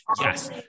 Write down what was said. Yes